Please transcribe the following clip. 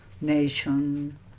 nation